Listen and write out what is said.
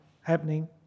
happening